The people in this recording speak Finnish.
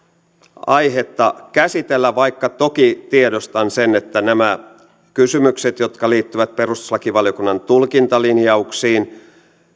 aihetta käsitellä vaikka toki tiedostan sen että nämä kysymykset jotka liittyvät perustuslakivaliokunnan tulkintalinjauksiin